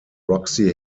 roxy